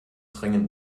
dringend